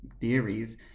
theories